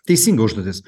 teisinga užduotis